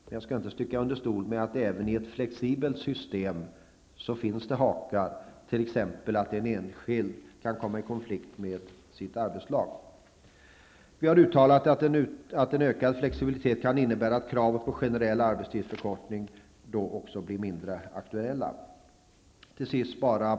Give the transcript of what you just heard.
Men jag skall inte sticka under stol med att det även i ett flexibelt system finns hakar, t.ex. att en enskild kan komma i konflikt med sitt arbetslag. Vi har också uttalat att en ökad flexibilitet kan innebära att kravet på generell arbetstidsförkortning blir mindre aktuellt.